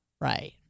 Right